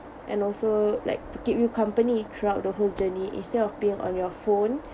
and also like to keep you company throughout the whole journey instead of being on your phone